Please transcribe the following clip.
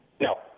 No